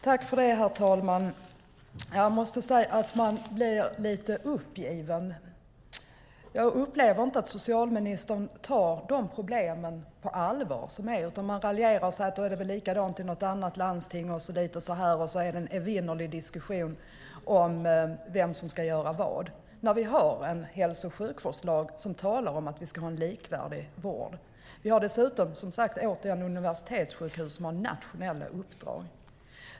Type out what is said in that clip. Herr talman! Jag måste säga att man blir lite uppgiven. Jag upplever inte att socialministern tar de problem som finns på allvar utan raljerar och säger: Då är det väl likadant i något annat landsting. Och så är det en evinnerlig diskussion om vem som ska göra vad. Vi har ju en hälso och sjukvårdslag som säger att det ska vara en likvärdig vård. Vi har dessutom universitetssjukhus i Skåne som har nationella uppdrag.